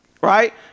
Right